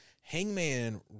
Hangman